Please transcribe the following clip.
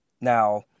Now